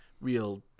real